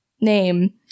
name